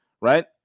right